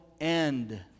end